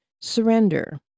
Surrender